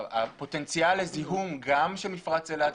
הפוטנציאל לזיהום גם של מפרץ אילת,